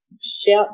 shout